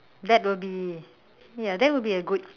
that will be ya that will be a good